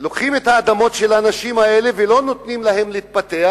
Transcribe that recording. לוקחים את האדמות של האנשים האלה ולא נותנים להם להתפתח,